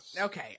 Okay